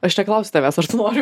aš neklausiu tavęs ar tu nori